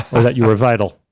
or that you were vital.